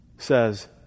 says